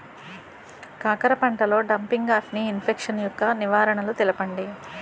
కాకర పంటలో డంపింగ్ఆఫ్ని ఇన్ఫెక్షన్ యెక్క నివారణలు తెలపండి?